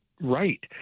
right